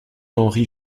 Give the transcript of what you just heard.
henri